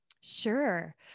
Sure